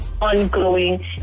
ongoing